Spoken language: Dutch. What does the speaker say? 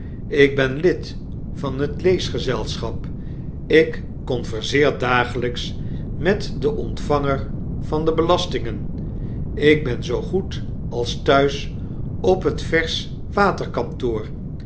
ik ben lid van het leesgezelschap ik converseer dagelps met den ontvanger van de belastingen ik ben zoogoed als thuis op het